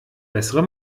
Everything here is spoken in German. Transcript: bessere